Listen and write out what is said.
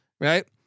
right